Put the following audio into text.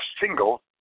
single